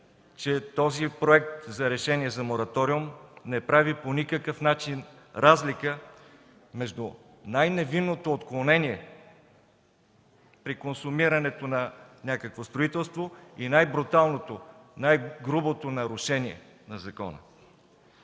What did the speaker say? че този Проект за решение за мораториум не прави по никакъв начин разлика между най-невинното отклонение при консумирането на някакво строителство и най-бруталното, най-грубото нарушение на закона.